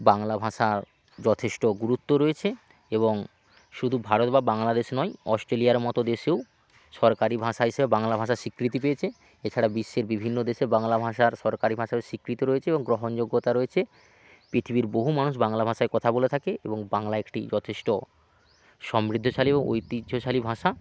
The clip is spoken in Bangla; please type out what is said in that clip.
বাংলা ভাষার যথেষ্ট গুরুত্ব রয়েছে এবং শুধু ভারত বা বাংলাদেশ নয় অস্ট্রেলিয়ার মতো দেশেও সরকারি ভাষা হিসেবে বাংলা ভাষা স্বীকৃতি পেয়েছে এছাড়া বিশ্বের বিভিন্ন দেশে বাংলা ভাষার সরকারি ভাষা হয়ে স্বীকৃত রয়েছে এবং গ্রহণযোগ্যতা রয়েছে পৃথিবীর বহু মানুষ বাংলা ভাষায় কথা বলে থাকে এবং বাংলা একটি যথেষ্ট সমৃদ্ধশালী এবং ঐতিহ্যশালী ভাষা